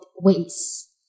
ways